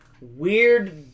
weird